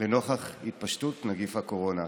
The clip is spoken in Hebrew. נוכח התפשטות נגיף הקורונה.